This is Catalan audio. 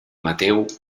mateu